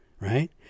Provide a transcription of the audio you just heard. right